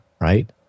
right